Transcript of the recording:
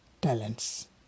talents